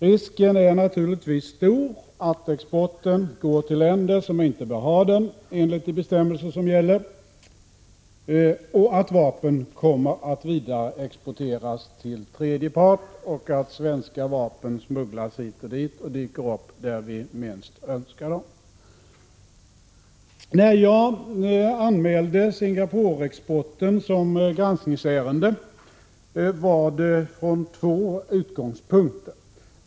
Risken är naturligtvis stor att exporten går till länder som — enligt de bestämmelser som gäller — inte bör ha den, att vapnen kommer att vidareexporteras till tredje part och att svenska vapen kommer att smugglas hit och dit och dyka upp där vi minst önskar dem. När jag anmälde Singapore-exporten som granskningsärende var det från två utgångspunkter.